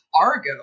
Argo